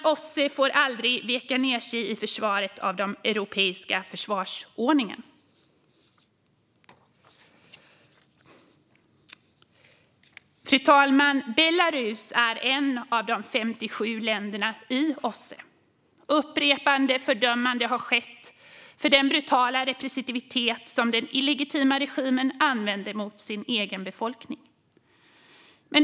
OSSE får aldrig vika ned sig i försvaret av den europeiska säkerhetsordningen. Fru talman! Belarus är ett av de 57 länderna i OSSE. Upprepade fördömanden har skett av den brutala repression som den illegitima regimen använder mot sin egen befolkning.